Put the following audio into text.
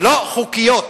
לא חוקיות.